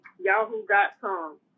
yahoo.com